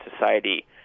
society